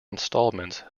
installments